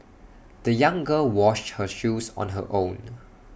the young girl washed her shoes on her own